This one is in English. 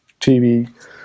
TV